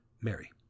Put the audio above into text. Mary